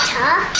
Water